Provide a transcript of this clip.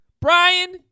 Brian